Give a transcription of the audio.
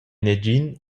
negin